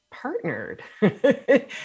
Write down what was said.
partnered